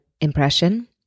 Impression